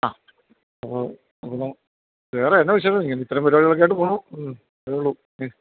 ആ അപ്പോൾ അപ്പോൾ പിന്നെ വേറെ എന്ന വിശേഷം ഇങ്ങനെ ഇത്തരം പരിപാടികളൊക്കായിട്ട് പോകണു അത്രേയുള്ളു